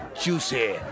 Juicy